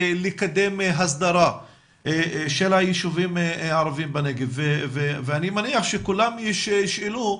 לקדם הסדרה של הישובים הערבים בנגב ואני מניח שכולם ישאלו,